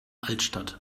altstadt